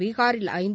பீஹாரில் ஐந்து